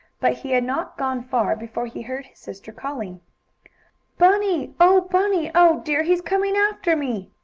but he had not gone far before he heard his sister calling bunny! oh, bunny! oh, dear! he's coming after me!